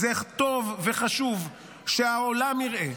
זה טוב וחשוב שהעולם יראה,